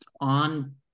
on